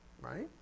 right